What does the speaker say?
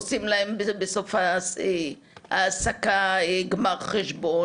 עושים להם בסוף העסקה גמר חשבון,